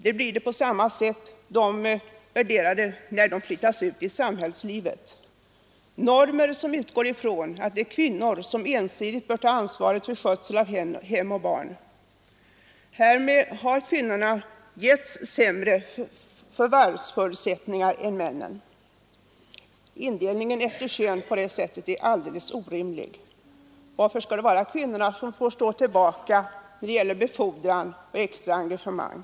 När kvinnorna flyttar ut i samhällslivet blir de fortfarande värderade på samma sätt enligt normer som utgår från att det är kvinnorna som ensidigt bör ta ansvaret för skötseln av hem och barn. Därigenom har kvinnorna getts sämre förvärvsförutsättningar än männen. Indelningen efter kön på det sättet är alldeles orimlig! Varför skall kvinnorna få stå tillbaka vid befordran och extra engagemang?